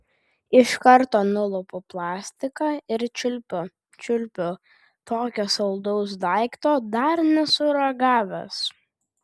iš karto nulupu plastiką ir čiulpiu čiulpiu tokio saldaus daikto dar nesu ragavęs